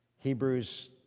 Hebrews